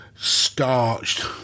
starched